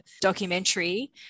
documentary